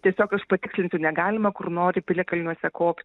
tiesiog aš patikslinsiu negalima kur nori piliakalniuose kopt